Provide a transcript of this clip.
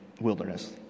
wilderness